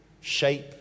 shape